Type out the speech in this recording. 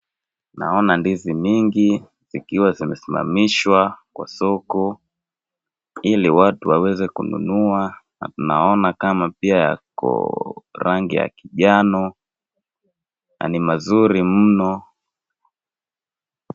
Naona ndizi mingi ikiwa zimesimamishwa kwa soko ili watu waweze kununua. Naona kama pia iko rangi ya kijano na ni mazuri mno.